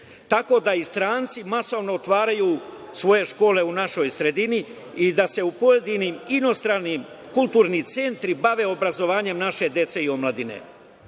tako da i stranci masovno otvaraju svoje škole u našoj sredini i pojedini inostrani kulturni centri bave obrazovanjem naše dece i omladine.